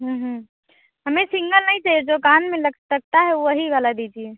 हूं हूं हमें सिंगल नहीं चाहिए जो कान में लग सकता है वही वाला दीजिए